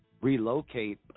relocate